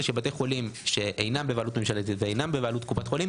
הוא שבתי חולים שאינם בבעלות ממשלתית ואינם בבעלות קופות החולים,